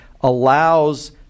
allows